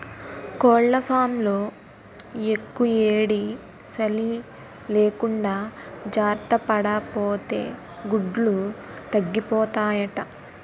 కోళ్లఫాంలో యెక్కుయేడీ, సలీ లేకుండా జార్తపడాపోతే గుడ్లు తగ్గిపోతాయట